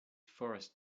forest